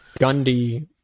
Gundy